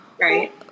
Right